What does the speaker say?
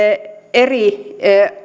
eri